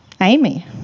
Amy